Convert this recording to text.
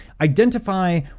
Identify